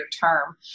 term